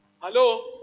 Hello